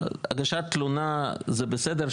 הגשת תלונה זה בסדר,